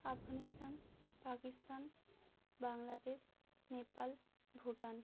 Afghanistan Pakistan Bangladesh Nepal Bhutan